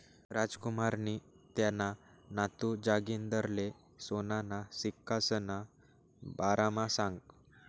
रामकुमारनी त्याना नातू जागिंदरले सोनाना सिक्कासना बारामा सांगं